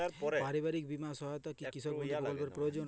পারিবারিক বীমা সহায়তা কি কৃষক বন্ধু প্রকল্পের মধ্যে রয়েছে?